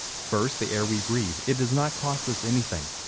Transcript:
first, the air we breathe. it does not cost us anything,